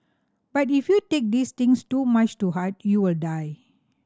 but if you take these things too much to heart you will die